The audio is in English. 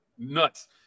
nuts